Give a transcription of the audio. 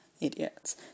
Idiots